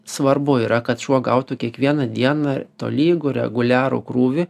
svarbu yra kad šuo gautų kiekvieną dieną tolygų reguliarų krūvį